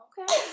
Okay